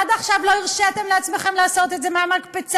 עד עכשיו לא הרשיתם לעצמכם לעשות את זה מהמקפצה,